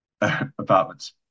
apartments